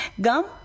Gum